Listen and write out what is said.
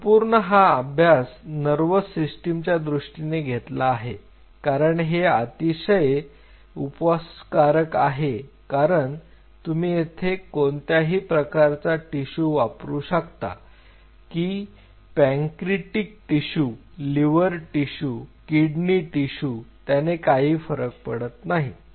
मी संपूर्ण हा अभ्यास नर्व्हस सिस्टिम च्या दृष्टीने घेतला आहे कारण हे अतिशय उपवास कारक आहे कारण तुम्ही येथे कोणत्याही प्रकारचा टिशू वापरू शकता जसे की pancreatic tissue liver tissue kidney tissue त्याने काही फरक पडत नाही